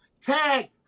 Tag